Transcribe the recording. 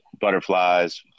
butterflies